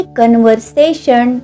conversation